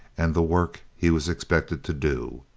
and the work he was expected to do.